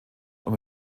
und